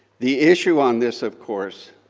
the issue on this, of course,